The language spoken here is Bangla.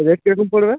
রেট কী রকম পড়বে